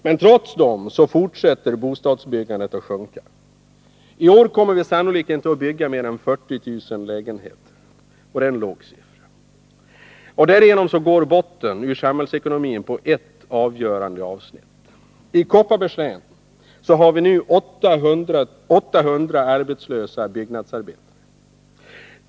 Men trots detta fortsätter bostadsbyggan det att sjunka. I år kommer vi sannolikt inte att bygga mer än 40 000 lägenheter. Det är en låg siffra. Därigenom går botten ur samhällsekonomin på ett avgörande avsnitt. I Kopparbergs län har vi nu 800 arbetslösa byggnadsarbetare.